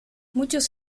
muchos